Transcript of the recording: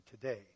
today